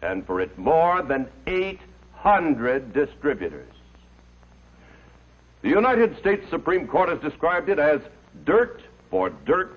and for it more than eight hundred distributors the united states supreme court has described it as dirt for dirt